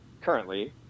currently